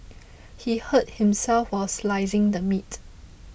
he hurt himself while slicing the meat